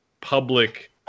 public